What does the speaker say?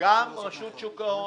גם רשות שוק ההון,